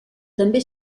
també